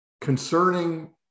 concerning